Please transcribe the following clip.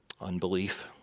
unbelief